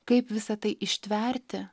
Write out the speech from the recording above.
kaip visa tai ištverti